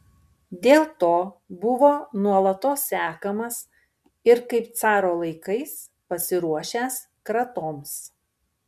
dėl to buvo nuolatos sekamas ir kaip caro laikais pasiruošęs kratoms